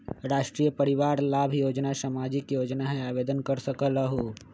राष्ट्रीय परिवार लाभ योजना सामाजिक योजना है आवेदन कर सकलहु?